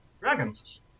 Dragons